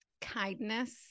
kindness